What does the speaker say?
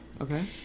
okay